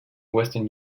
western